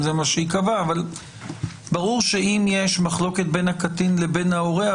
אם זה מה שייקבע - אבל ברור שאם יש מחלוקת בין הקטין לבין ההורה,